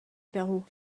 pérou